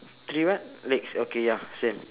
three what legs okay ya same